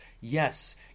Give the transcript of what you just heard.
yes